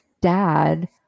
dad